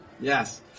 Yes